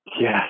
yes